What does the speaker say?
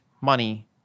money